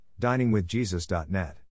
diningwithjesus.net